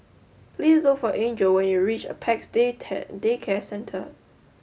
please look for Angel when you reach Apex Day Day Care Centre